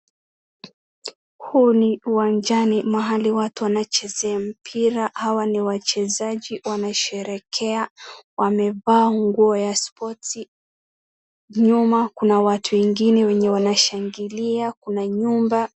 Huyu uwajani mahali watu wanachezea mpira hawa ni wachezaji wanasherekea, wamevaa nguo ya sporti nyuma kuna watu wengine wanashangilia kuna nyumba.